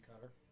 cutter